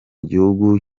gihugu